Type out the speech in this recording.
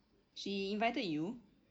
she invited you